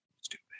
Stupid